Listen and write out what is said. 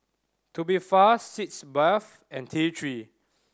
Tubifast Sitz Bath and T Three